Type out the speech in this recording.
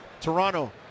Toronto